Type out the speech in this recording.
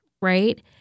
right